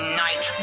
night